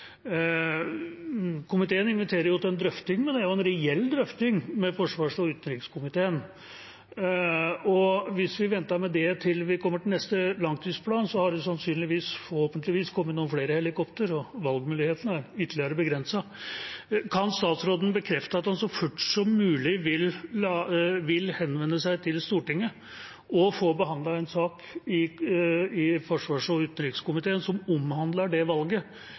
Komiteen inviterer til en reell drøfting med utenriks- og forsvarskomiteen om det, og hvis vi venter med det til vi kommer til neste langtidsplan, har det sannsynligvis og forhåpentligvis kommet noen flere helikoptre, og valgmulighetene er da ytterligere begrenset. Kan statsråden bekrefte at han så fort som mulig vil henvende seg til Stortinget og få behandlet en sak i utenriks- og forsvarskomiteen som omhandler det valget,